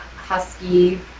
husky